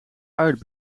uit